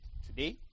today